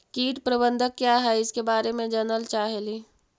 कीट प्रबनदक क्या है ईसके बारे मे जनल चाहेली?